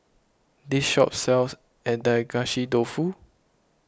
this shop sells Agedashi Dofu